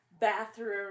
bathroom